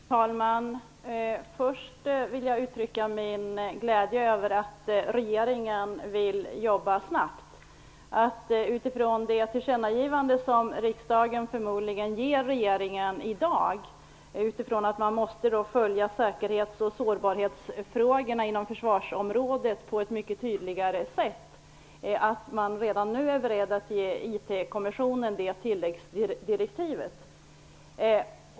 Herr talman! Först vill jag uttrycka min glädje över att regeringen vill arbeta snabbt. Förmodligen kommer riksdagen att i dag ge regeringen ett tillkännagivande om att säkerhets och sårbarhetsfrågorna inom försvarsområdet måste följas på ett mycket tydligare sätt. Det är bra att man redan nu är beredd att ge IT-kommissionen detta tilläggsdirektiv.